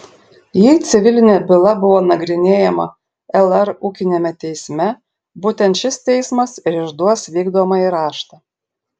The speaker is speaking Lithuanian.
jei civilinė byla buvo nagrinėjama lr ūkiniame teisme būtent šis teismas ir išduos vykdomąjį raštą